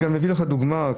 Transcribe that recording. אתן לך דוגמה.